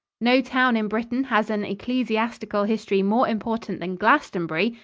no town in britain has an ecclesiastical history more important than glastonbury,